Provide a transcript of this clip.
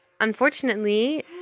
unfortunately